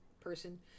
person